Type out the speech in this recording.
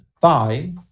thigh